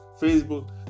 facebook